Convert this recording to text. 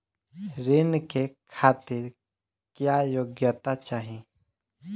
ऋण के खातिर क्या योग्यता चाहीं?